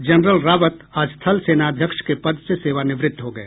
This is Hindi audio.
जनरल रावत आज थलसेना अध्यक्ष के पद से सेवानिवृत्त हो गए